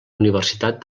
universitat